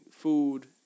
Food